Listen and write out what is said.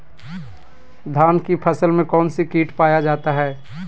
धान की फसल में कौन सी किट पाया जाता है?